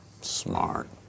Smart